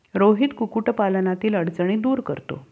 रोहित कुक्कुटपालनातील अडचणी दूर करतो